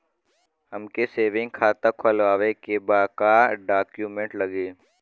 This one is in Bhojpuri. हमके सेविंग खाता खोलवावे के बा का डॉक्यूमेंट लागी?